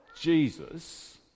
Jesus